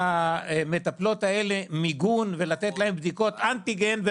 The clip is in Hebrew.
למטפלות האלה מיגון ולתת להן בדיקות אנטיגן,